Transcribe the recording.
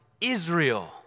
Israel